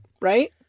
right